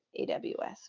AWS